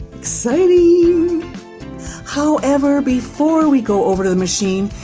exciting! however, before we go over to the machine,